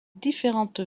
différentes